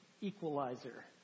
equalizer